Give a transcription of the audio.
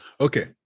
Okay